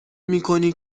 میکنی